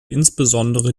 insbesondere